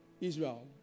Israel